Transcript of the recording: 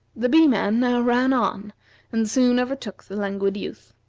the bee-man now ran on and soon overtook the languid youth.